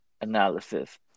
analysis